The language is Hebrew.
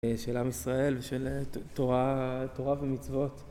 של עם ישראל ושל תורה ומצוות.